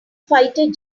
fighter